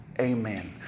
amen